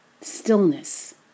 Stillness